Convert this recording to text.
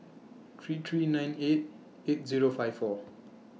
three three nine eight eight Zero five four